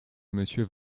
monsieur